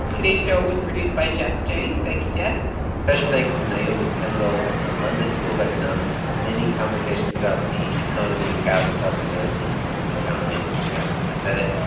today's show was produced by jess jiang. thank you, jess special thanks to naomi pendle at the london school of economics for many conversations about the economy of cows in south sudan, the like e-cow-nomy there, i said it.